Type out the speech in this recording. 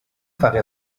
fare